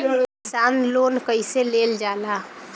किसान लोन कईसे लेल जाला?